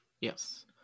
yes